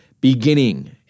beginning